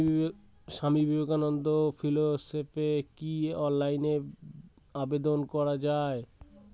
স্বামী বিবেকানন্দ ফেলোশিপে কি অনলাইনে আবেদন করা য়ায়?